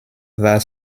war